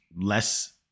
less